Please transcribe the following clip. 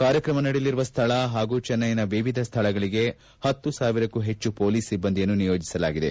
ಕಾರ್ಯಕ್ರಮ ನಡೆಯಲಿರುವ ಸ್ವಳ ಹಾಗೂ ಚೆನ್ನೈನ ವಿವಿಧ ಸ್ಥಳಗಳಿಗೆ ಪತ್ತು ಸಾವಿರಕ್ಕೂ ಹೆಚ್ಚು ಪೊಲೀಸ್ ಸಿಬ್ಬಂದಿಯನ್ನು ನಿಯೋಜಿಸಲಾಗಿದೆ